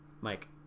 Mike